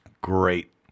great